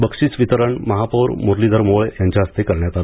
बक्षीस वितरण महापौर मुरलीधर मोहोळ यांच्या हस्ते करण्यात आलं